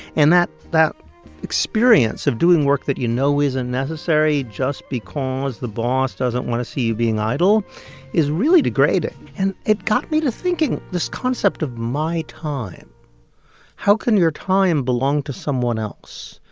and that that experience of doing work that you know isn't necessary just because the boss doesn't want to see you being idle is really degrading. and it got me to thinking this concept of my time how can your time belong to someone else?